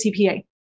CPA